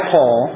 Paul